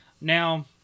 Now